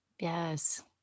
Yes